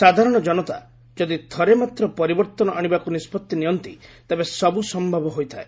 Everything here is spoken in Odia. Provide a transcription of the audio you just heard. ସାଧାରଣ ଜନତା ଯଦି ଥରେ ମାତ୍ର ପରିବର୍ତ୍ତନ ଆଶିବାକୁ ନିଷ୍ପତ୍ତି ନିଅନ୍ତି ତେବେ ସବୁ ସ୍ଥୟବ ହୋଇଥାଏ